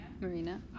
Marina